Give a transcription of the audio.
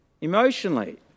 emotionally